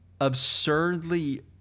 absurdly